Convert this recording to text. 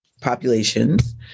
populations